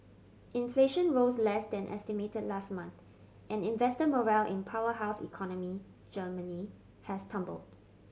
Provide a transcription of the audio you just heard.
inflation rose less than estimated last month and investor morale in powerhouse economy Germany has tumbled